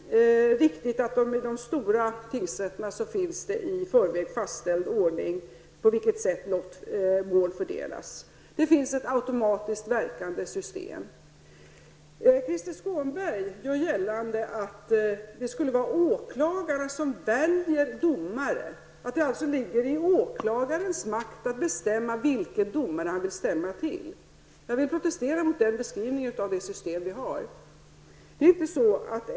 Herr talman! Som jag tidigare har sagt är det riktigt att det i de stora tingsrätterna finns en i förväg fastställd ordning på vilket sätt mål fördelas. Det finns ett automatiskt verkande system. Krister Skånberg gör gällande att det skulle vara åklagarna som väljer domare och att det alltså ligger i åklagarens makt att bestämma vilken domare som han vill stämma till. Jag vill protestera mot den beskrivningen av det system som vi har.